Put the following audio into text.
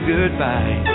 Goodbye